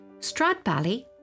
Stradbally